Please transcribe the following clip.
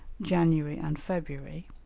january, and february,